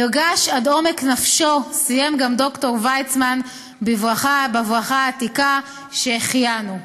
נרגש עד עומק נפשו סיים גם ד"ר וייצמן בברכה העתיקה: שהחיינו.